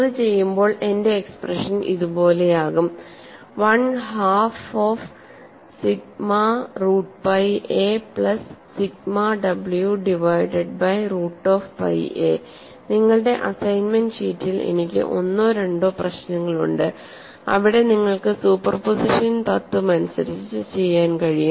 അത് ചെയ്യുമ്പോൾ എന്റെ എക്സ്പ്രഷൻ ഇതുപോലെയാകും one half of sigma root pi A plus sigma w divided by root of pi A നിങ്ങളുടെ assignment ഷീറ്റിൽ എനിക്ക് ഒന്നോ രണ്ടോ പ്രശ്നങ്ങളുണ്ട് അവിടെ നിങ്ങൾക്ക് സൂപ്പർപോസിഷൻ തത്വമനുസരിച്ച് ചെയ്യാൻ കഴിയും